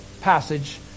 passage